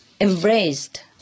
embraced